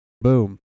boom